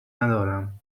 ندارم